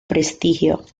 prestigio